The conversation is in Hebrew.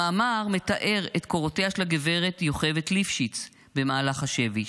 המאמר מתאר את קורותיה של הגברת יוכבד ליפשיץ במהלך השבי,